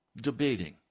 debating